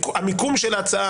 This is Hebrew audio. המיקום של ההצעה,